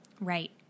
Right